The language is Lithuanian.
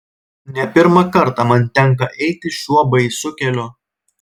ne pirmą kartą man tenka eiti šiuo baisiu keliu